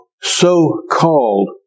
so-called